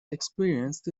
experienced